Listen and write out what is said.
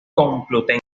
complutense